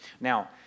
Now